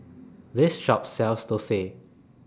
This Shop sells Thosai